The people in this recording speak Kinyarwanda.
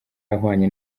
ahwanye